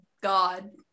god